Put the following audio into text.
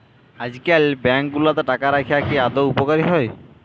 আইজকাল ব্যাংক গুলাতে টাকা রাইখা কি আদৌ উপকারী হ্যয়